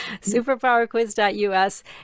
Superpowerquiz.us